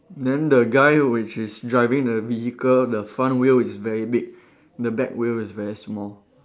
then the guy which is driving the vehicle the front wheel is very big the back wheel is very small